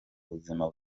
buzima